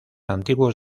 antiguos